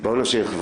בואו נמשיך.